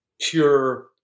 pure